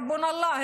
רבונא אללה,